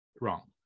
Wrong